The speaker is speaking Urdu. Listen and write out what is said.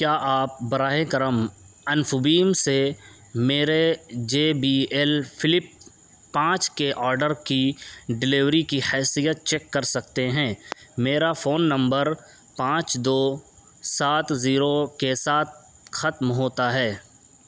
کیا آپ براہ کرم انفبیم سے میرے جے بی ایل فلپ پانچ کے آرڈر کی ڈیلیوری کی حیثیت چیک کر سکتے ہیں میرا فون نمبر پانچ دو سات زیرو کے ساتھ ختم ہوتا ہے